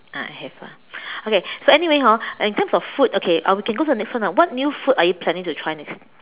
I I have ah okay so anyway hor when it comes to food okay uh we can go to next one ah what new food are you planning to try next